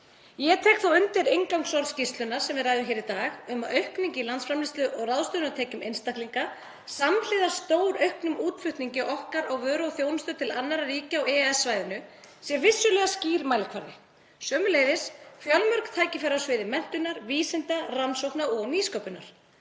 Ég tek þó undir inngangsorð skýrslunnar sem við ræðum hér í dag um að aukning í landsframleiðslu og ráðstöfunartekjum einstaklinga samhliða stórauknum útflutningi okkar á vöru og þjónustu til annarra ríkja á EES-svæðinu sé vissulega skýr mælikvarði, sömuleiðis fjölmörg tækifæri á sviði menntunar, vísinda, rannsókna og nýsköpunar.